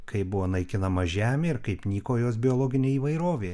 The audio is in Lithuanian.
kai buvo naikinama žemė ir kaip nyko jos biologinė įvairovė